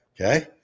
okay